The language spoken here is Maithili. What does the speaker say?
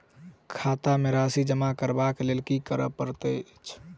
खाता मे राशि जमा करबाक लेल की करै पड़तै अछि?